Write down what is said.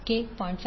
k 0